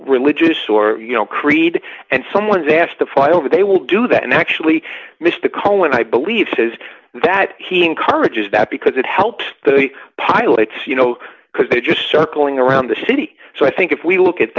religious or creed and someone's asked to fight over they will do that and actually missed the call and i believe says that he encourages that because it helps the pilots you know because they're just circling around the city so i think if we look at